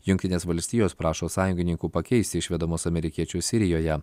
jungtinės valstijos prašo sąjungininkų pakeisti išvedamus amerikiečius sirijoje